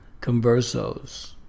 conversos